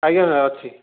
ଆଜ୍ଞା ଅଛି